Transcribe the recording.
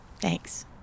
Thanks